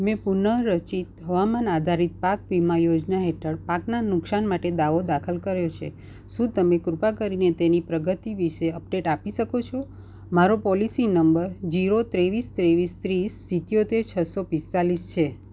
મેં પુનઃરચિત હવામાન આધારિત પાક વીમા યોજના હેઠળ પાકના નુકસાન માટે દાવો દાખલ કર્યો છે શું તમે કૃપા કરીને તેની પ્રગતિ વિશે અપડેટ આપી શકો છો મારો પોલિસી નંબર જીરો ત્રેવીસ ત્રેવીસ ત્રીસ સિત્તોતેર છસો પીસ્તાળીસ છે